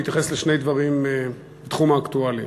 להתייחס לשני דברים בתחום האקטואליה.